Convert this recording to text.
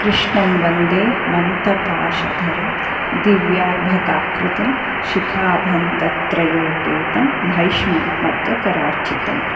कृष्णं वन्दे मन्तपाशधरं दिव्यार्धकाकृतिं शिखाभन्धत्रयोपेतं भैष्मिमध्वकरार्चितं